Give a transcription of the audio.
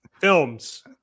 Films